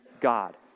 God